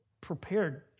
prepared